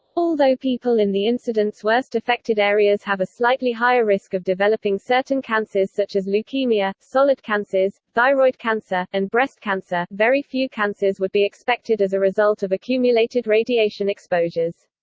although people in the incident's worst affected areas have a slightly higher risk of developing certain cancers such as leukemia, solid cancers, thyroid cancer, and breast cancer, very few cancers would be expected as a result of accumulated radiation exposures.